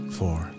four